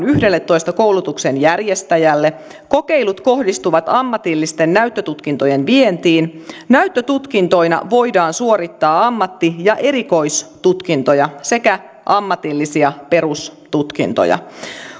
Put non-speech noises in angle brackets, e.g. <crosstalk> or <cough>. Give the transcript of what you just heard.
<unintelligible> yhdelletoista koulutuksen järjestäjälle kokeilut kohdistuvat ammatillisten näyttötutkintojen vientiin näyttötutkintoina voidaan suorittaa ammatti ja erikoistutkintoja sekä ammatillisia perustutkintoja